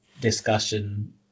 discussion